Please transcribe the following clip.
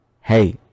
hey